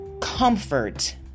comfort